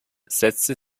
setzte